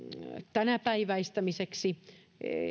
tänäpäiväistämiseksi